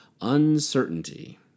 uncertainty